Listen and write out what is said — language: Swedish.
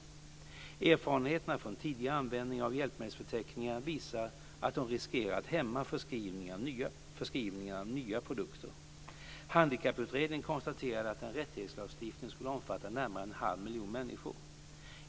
Erfarenheterna från tidigare användning av hjälpmedelsförteckningar visar att de riskerar att hämma förskrivningen av nya produkter. Handikapputredningen konstaterade att en rättighetslagstiftning skulle omfatta närmare en halv miljon människor.